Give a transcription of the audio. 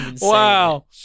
Wow